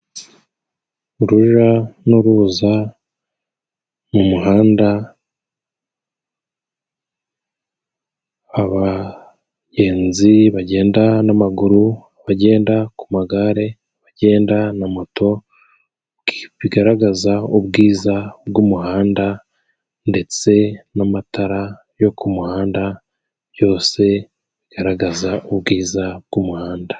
Uruja n'uruza mu muhanda. Abagenzi bagenda n'amaguru, bagenda ku magare, bagenda na moto. Bigaragaza ubwiza bw'umuhanda ndetse n'amatara yo kumuhanda, byose bigaragaza ubwiza bw'umuhanda.